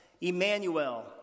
Emmanuel